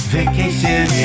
Vacation